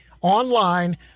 online